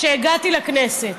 כשהגעתי לכנסת.